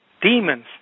Demons